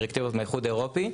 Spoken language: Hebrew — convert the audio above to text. דירקטיבות מהאיחוד האירופי.